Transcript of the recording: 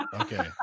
Okay